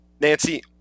Nancy